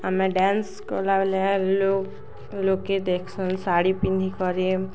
ଆମେ ଡ୍ୟାନ୍ସ କଲାବେେଲେ ଲୋକ୍ ଲୋକେ ଦେଖ୍ସନ୍ ଶାଢ଼ୀ ପିନ୍ଧି କରି